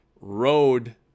road